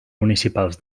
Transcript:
municipals